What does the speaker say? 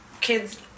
kids